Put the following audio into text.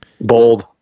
Bold